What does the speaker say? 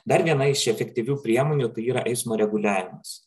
dar viena iš efektyvių priemonių tai yra eismo reguliavimas